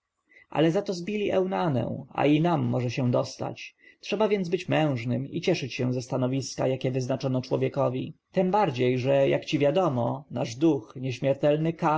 ale zato zbili eunanę a i nam może się dostać trzeba więc być mężnym i cieszyć się ze stanowiska jakie wyznaczono człowiekowi tem bardziej że jak ci wiadomo nasz duch nieśmiertelny ka